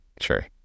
Sure